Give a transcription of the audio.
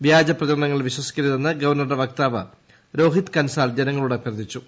വ്യാജ പ്രചാരണങ്ങളിൽ വിശ്വസിക്കരുതെന്ന് ഗവർണറുടെ വക്താവ് രോഹിത് കൻസാൽ ജനങ്ങളോട് അഭ്യർഥിച്ചു